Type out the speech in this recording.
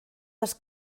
les